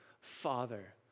Father